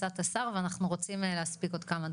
מה קורה למישהי שהיא נפגעת תקיפה מינית והיא מרימה